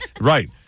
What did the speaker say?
Right